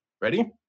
ready